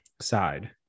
side